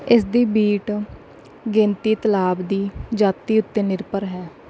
ਇਸ ਦੀ ਬੀਟ ਗਿਣਤੀ ਤਾਲਾਬ ਦੀ ਜਾਤੀ ਉੱਤੇ ਨਿਰਭਰ ਹੈ